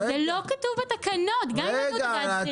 זה לא כתוב בתקנות גם אם תנו את הדעת.